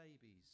babies